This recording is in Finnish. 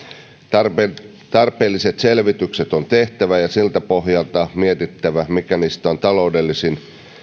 tarpeelliset tarpeelliset selvitykset on tehtävä ja siltä pohjalta mietittävä mikä niistä on taloudellisin